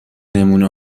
نمونه